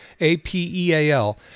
A-P-E-A-L